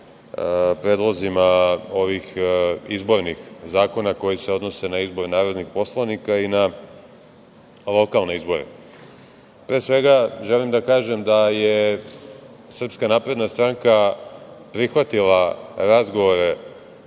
predlozima ovih izbornih zakona koji se odnose na izbore narodnih poslanika i na lokalne izbore. Pre svega, želim da kažem da je SNS prihvatila razgovore